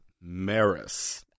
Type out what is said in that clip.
Maris